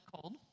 cold